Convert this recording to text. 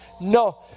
No